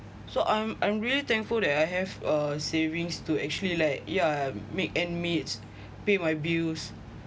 so I'm I'm really thankful that I have uh savings to actually like yeah make end meets pay my bills